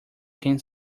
can